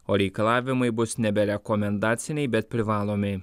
o reikalavimai bus nebe rekomendaciniai bet privalomi